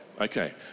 Okay